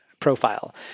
profile